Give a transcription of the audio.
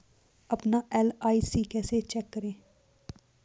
अपना एल.आई.सी कैसे चेक करें?